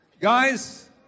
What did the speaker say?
Guys